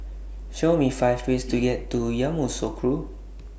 Show Me five ways to get to Yamoussoukro